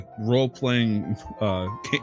role-playing